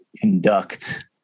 conduct